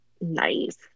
nice